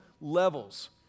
levels